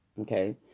Okay